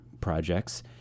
projects